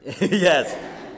Yes